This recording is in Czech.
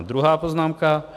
Druhá poznámka.